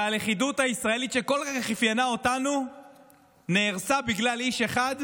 והלכידות הישראלית שכל כך אפיינה אותנו נהרסה בגלל איש אחד,